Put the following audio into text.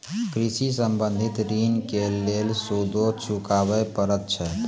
कृषि संबंधी ॠण के लेल सूदो चुकावे पड़त छै?